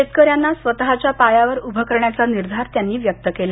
शेतकऱ्यांना स्वतःच्या पायावर उभं करण्याचा निर्धार त्यांनी व्यक्त केला